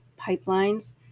pipelines